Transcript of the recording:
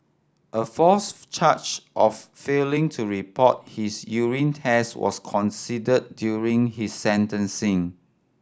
a fourth charge of failing to report his urine test was considered during his sentencing